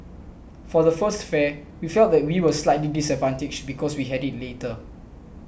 for the first fair we felt that we were slightly disadvantaged because we had it later